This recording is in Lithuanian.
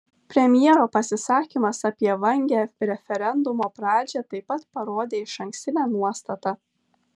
premjero pasisakymas apie vangią referendumo pradžią taip pat parodė išankstinę nuostatą